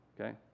okay